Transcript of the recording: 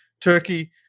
Turkey